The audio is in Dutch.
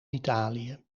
italië